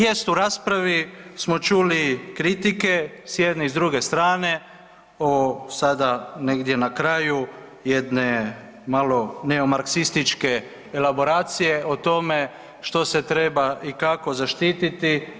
Jest u raspravi smo čuli kritike s jedne i s druge strane, sada na kraju jedne malo neomarksističke elaboracije o tome što se treba i kako zaštititi.